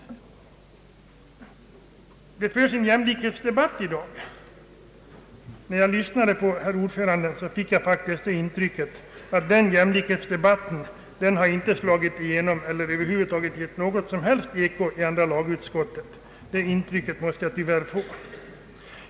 Det förs i dag en jämlikhetsdebatt. När jag lyssnade till utskottets ordförande fick jag faktiskt det intrycket att dessa tankar om jämlikhet inte slagit igenom eller gett något som helst eko i andra lagutskottet — tyvärr.